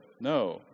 No